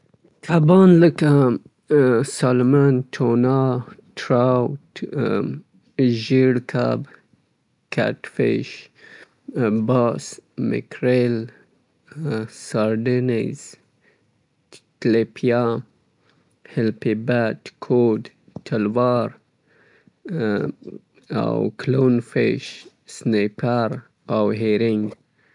د کبانو ډولونه لکه سالمن شو، ټونا، ژیړ ماهیان، ټراود شو، کټ فیش شو، باس شو، سارډین شو، مکریل شو، هیلي بټ شو، انجیل فیش شو او همداسې نور کبان.